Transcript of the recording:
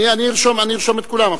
אני ארשום את כולם.